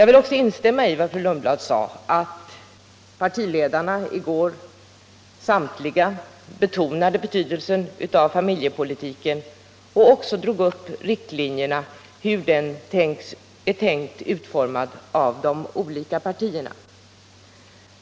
Som fru Lundblad sade, betonade samtliga partiledare i går familjepolitikens betydelse, och de drog också upp riktlinjerna för hur de olika partierna har tänkt sig att den skall utformas.